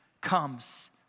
comes